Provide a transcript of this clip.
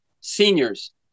seniors